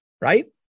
right